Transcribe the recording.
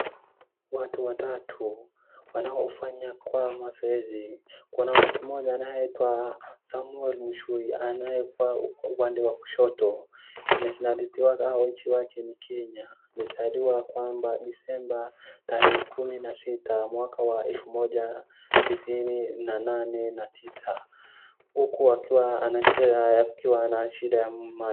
Watu watatu wanaofanya kwa mazoezi. Kuna mtu mmoja anayeitwa Samwel Muchui na anayekuwa upande wa kushoto. Nationality wake au nchi wake ni Kenya. Amezaliwa kwamba Disemba tarehe kumi na sita mwaka wa elfu moja tisini na nane na tisa, huwa akiwa anacheza, akiwa ana shida ya...